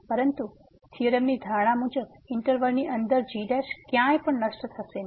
પરંતુ થીયોરમની ધારણા મુજબ ઈંટરવલ ની અંદર g ક્યાંય પણ નષ્ટ થશે નહી